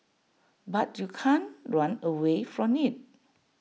but you can't run away from IT